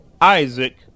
Isaac